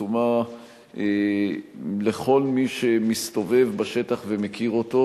עצומה לכל מי שמסתובב בשטח ומכיר אותו,